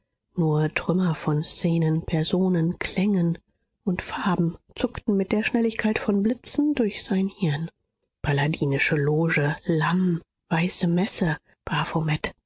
nur trümmer von szenen personen klängen und farben zuckten mit der schnelligkeit von blitzen durch sein hirn palladinische loge lamm weiße messe